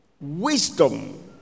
wisdom